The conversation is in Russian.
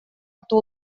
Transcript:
рту